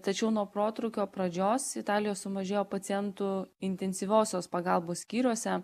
tačiau nuo protrūkio pradžios italijoje sumažėjo pacientų intensyviosios pagalbos skyriuose